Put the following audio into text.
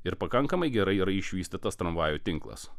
ir pakankamai gerai yra išvystytas tramvajų tinklas